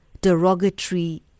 derogatory